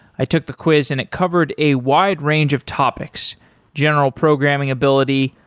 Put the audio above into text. i took the quiz and it covered a wide range of topics general programming ability,